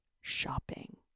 shopping